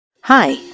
Hi